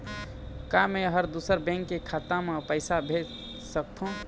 का मैं ह दूसर बैंक के खाता म पैसा भेज सकथों?